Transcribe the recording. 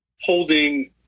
holding